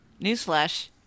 Newsflash